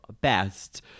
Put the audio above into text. best